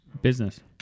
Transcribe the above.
Business